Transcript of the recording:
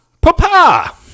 papa